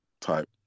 type